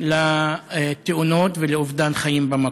לתאונות ולאובדן חיים במקום?